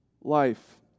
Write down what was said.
life